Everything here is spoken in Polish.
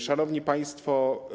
Szanowni Państwo!